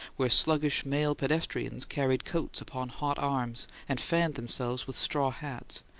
where sluggish male pedestrians carried coats upon hot arms, and fanned themselves with straw hats,